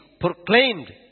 proclaimed